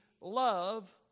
love